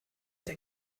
der